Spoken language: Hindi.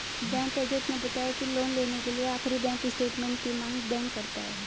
बैंक एजेंट ने बताया की लोन लेने के लिए आखिरी बैंक स्टेटमेंट की मांग बैंक करता है